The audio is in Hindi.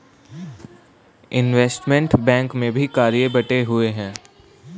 इनवेस्टमेंट बैंक में भी कार्य बंटे हुए हैं